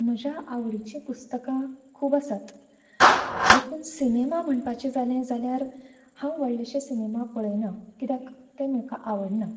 म्हज्या आवडीचीं पुस्तकां खूब आसात देखून सिनेमा म्हणपाचे जाले जाल्यार हांव व्हडलेशे सिनेमा पळेना कित्याक तें म्हाका आवडना